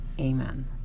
Amen